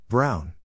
Brown